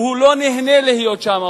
כי הוא לא נהנה להיות שם,